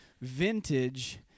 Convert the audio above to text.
vintage